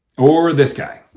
or this guy.